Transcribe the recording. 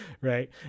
Right